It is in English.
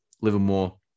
Livermore